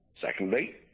Secondly